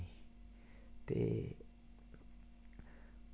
ते